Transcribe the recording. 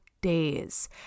days